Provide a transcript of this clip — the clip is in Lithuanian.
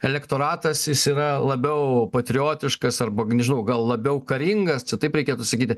elektoratas jis yra labiau patriotiškas arba gniužau gal labiau karingas cia taip reikėtų sakyti